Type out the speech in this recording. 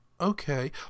okay